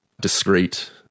discreet